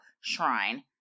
shrine